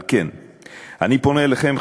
על כן אני פונה אליכם,